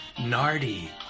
Nardi